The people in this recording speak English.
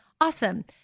awesome